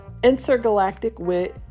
intergalacticwit